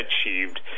achieved